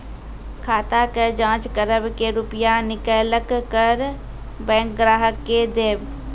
खाता के जाँच करेब के रुपिया निकैलक करऽ बैंक ग्राहक के देब?